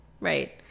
Right